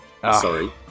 sorry